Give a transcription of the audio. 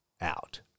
Out